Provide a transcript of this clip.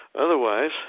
Otherwise